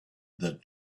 that